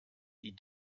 die